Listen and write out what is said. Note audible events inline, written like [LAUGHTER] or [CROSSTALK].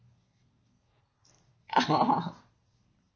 [LAUGHS]